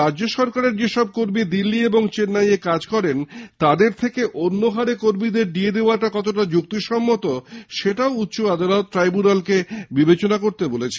রাজ্য সরকারের যেসব কর্মী দিল্লি এবং চেন্নাইয়ে কাজ করেন তাদের থেকে অন্য হারে কর্মীদের ডিএ দেওয়াটা কতটা যুক্তিযুক্ত সেটাও উচ্চ আদালত ট্রাইব্যনালকে বিবেচনা করতে বলেছে